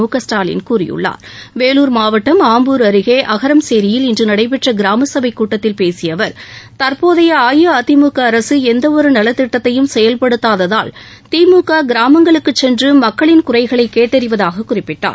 திமுக திரு ஸ்டாலின் மு க வேலூர் மாவட்டம் ஆம்பூர் அருகே அகரம்சேரியில் இன்று நடைபெற்ற கிராமசபை கூட்டத்தில் பேசிய அவர் தற்போதைய அஇஅதிமுக அரசு எந்தவொரு நலத் திட்டத்தையும் செயல்படுத்ததால் திமுக கிராமங்களுக்கு சென்று மக்களின் குறைகளை கேட்டறிவதாக குறிப்பிட்டார்